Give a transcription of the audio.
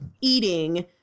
eating